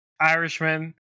Irishman